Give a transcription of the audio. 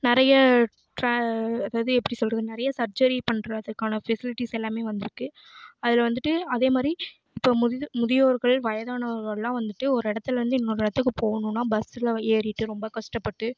நிறைய ட்ரா அதாவது எப்படி சொல்கிறது நிறைய சர்ஜரி பண்ணுறதுக்கான ஃபெசிலிட்டிஸ் எல்லாமே வந்துருக்குது அதில் வந்துட்டு அதேமாதிரி இப்போது முது முதியோர்கள் வயதானோர்கள்லாம் வந்துட்டு ஒரு இடத்துல இருந்து இன்னொரு இடத்துக்கு போகணும்னா பஸ்ல ஏறிட்டு ரொம்ப கஷ்டப்பட்டு